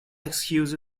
excuse